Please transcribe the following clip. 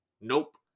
Nope